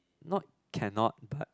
not cannot but